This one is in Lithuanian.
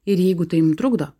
ir jeigu tai jum trukdo